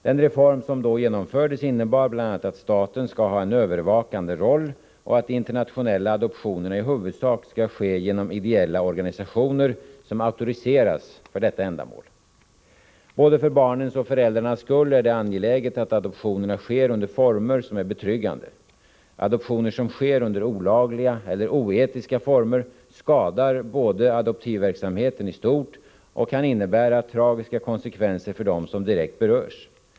Den reform som då genomfördes innebar bl.a. att staten skall ha en övervakande roll och att de internationella adoptionerna i huvudsak skall ske genom ideella organisationer som auktoriseras för detta ändamål. Både för barnens och för föräldrarnas skull är det angeläget att adoptionerna sker under former som är betryggande. Adoptioner som sker under olagliga eller oetiska former skadar adoptionsverksamheten i stort och kan innebära tragiska konsekvenser för dem som direkt berörs.